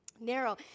Narrow